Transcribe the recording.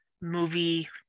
movie